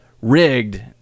rigged